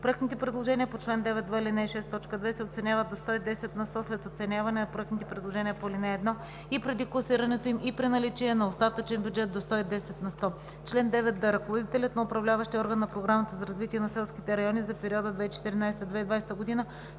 Проектните предложения по чл. 9в, ал. 6, т. 2 се оценяват до 110 на сто след оценяване на проектните предложения по ал. 1 и преди класирането им, и при наличие на остатъчен бюджет до 110 на сто. Чл. 9д. Ръководителят на управляващия орган на Програмата за развитие на селските райони за периода 2014 – 2020 г.,